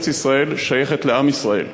ארץ-ישראל שייכת לעם ישראל